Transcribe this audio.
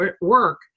work